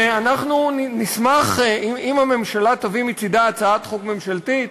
ואנחנו נשמח אם הממשלה תביא מצדה הצעת חוק ממשלתית.